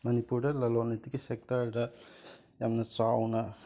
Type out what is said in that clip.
ꯃꯅꯤꯄꯨꯔꯗ ꯂꯂꯣꯟ ꯏꯇꯤꯛꯀꯤ ꯁꯦꯛꯇꯔꯗ ꯌꯥꯝꯅ ꯆꯥꯎꯅ